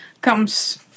comes